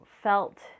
felt